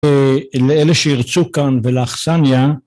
לאלה שירצו כאן ולאכסניה.